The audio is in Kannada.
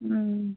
ಹ್ಞೂ